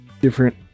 different